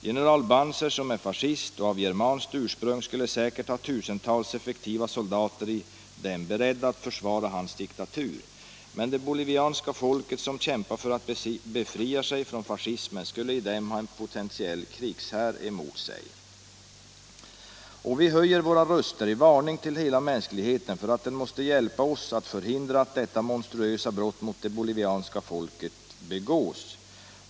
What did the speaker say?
General Banzer, som är fascist och av germanskt ursprung, skulle säkert ha tusentals effektiva soldater i dem, beredda att försvara hans diktatur. Men det bolivianska folket som kämpar för att befria sig från fascismen skulle i dem ha en potentiell krigshärd emot sig. --- Och vi höjer våra röster i varning till hela mänskligheten för att den måtte hjälpa oss förhindra att detta monstruösa brott mot det bolivianska folket begås.